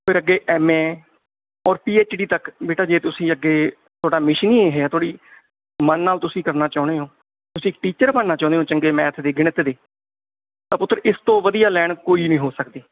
ਫਿਰ ਅੱਗੇ ਐਮਏ ਔਰ ਪੀਐਚਡੀ ਤੱਕ ਬੇਟਾ ਜੇ ਤੁਸੀਂ ਅੱਗੇ ਤੁਹਾਡਾ ਮਿਸ਼ਨ ਹੀ ਇਹ ਹੈ ਥੋੜ੍ਹੀ ਮਨ ਨਾਲ ਤੁਸੀਂ ਕਰਨਾ ਚਾਹੁੰਦੇ ਹੋ ਤੁਸੀਂ ਟੀਚਰ ਬਣਨਾ ਚਾਹੁੰਦੇ ਹੋ ਚੰਗੇ ਮੈਥ ਦੇ ਗਣਿਤ ਦੇ ਤਾਂ ਪੁੱਤਰ ਇਸ ਤੋਂ ਵਧੀਆ ਲੈਨ ਕੋਈ ਨਹੀਂ ਹੋ ਸਕਦੀ